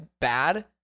bad